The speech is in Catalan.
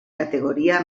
categoria